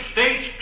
States